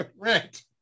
Right